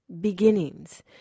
beginnings